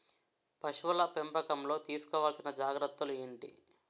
పశువుల పెంపకంలో తీసుకోవల్సిన జాగ్రత్తలు ఏంటి?